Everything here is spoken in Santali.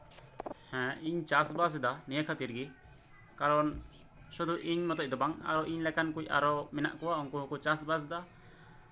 ᱦᱮᱸ ᱤᱧ ᱪᱟᱥᱵᱟᱥᱮᱫᱟ ᱱᱤᱭᱟᱹ ᱠᱷᱟᱹᱛᱤᱨ ᱜᱤ ᱠᱟᱨᱚᱱ ᱥᱩᱫᱩ ᱤᱧ ᱢᱚᱛᱚᱡ ᱫᱚ ᱵᱟᱝ ᱟᱨᱚ ᱤᱧ ᱞᱮᱠᱟᱱ ᱠᱚ ᱟᱨᱦᱚᱸ ᱢᱮᱱᱟᱜ ᱠᱩᱣᱟ ᱩᱱᱠᱩ ᱦᱚᱸᱠᱚ ᱪᱟᱥᱵᱟᱥ ᱮᱫᱟ